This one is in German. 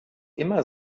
immer